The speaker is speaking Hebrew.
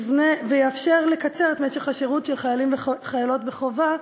ויאפשר לקצר את משך השירות של חיילים וחיילות בחובה.